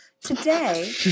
Today